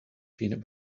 peanut